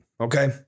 Okay